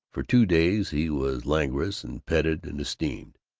for two days he was languorous and petted and esteemed.